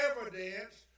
evidence